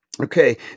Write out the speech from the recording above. Okay